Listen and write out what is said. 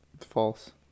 false